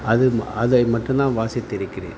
அதும் அதை மட்டும்தான் வாசித்து இருக்கிறேன்